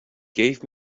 gave